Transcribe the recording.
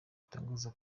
bitangazwa